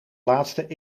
laatste